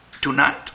Tonight